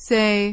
Say